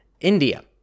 India